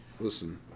Listen